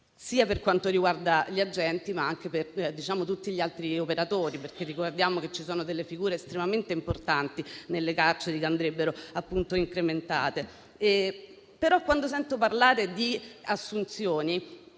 sia per quanto riguarda gli agenti, sia per quanto riguarda tutti gli altri operatori, perché ricordiamo che ci sono delle figure estremamente importanti nelle carceri che andrebbero incrementate, ma quando sento parlare di assunzioni